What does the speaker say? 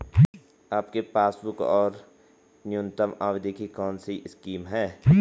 आपके पासबुक अधिक और न्यूनतम अवधि की कौनसी स्कीम है?